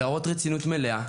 להראות רצינות מלאה.